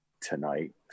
tonight